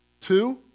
Two